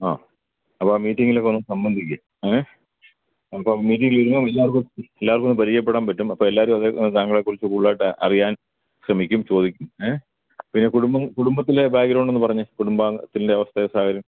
ആ അപ്പോആ മീറ്റിങ്ങിലൊക്കെയൊന്ന് സംബന്ധിക്കൂ ങേ നമുക്കാ മീറ്റിങ്ങിലിരുന്നാല് എല്ലാവർക്കും എല്ലാർക്കുവൊന്ന് പരിചയപ്പെടാമ്പറ്റും അപ്പോള് എല്ലാവരും അത് താങ്കളെക്കുറിച്ച് കൂടുതലായിട്ട് അറിയാൻ ശ്രമിക്കും ചോദിക്കും ങേ പിന്നെ കുടുംബം കുടുംബത്തിലെ ബാക്ഗ്രൗണ്ടൊന്ന് പറഞ്ഞേ കുടുംബാത്തിന്റെ അവസ്ഥയും സാഹചര്യവും